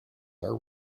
are